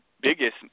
biggest